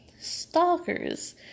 Stalkers